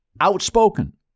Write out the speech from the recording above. outspoken